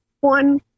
one